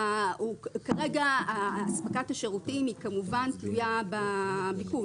כרגע אספקת השירותים היא כמובן תלויה בביקוש,